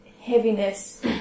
heaviness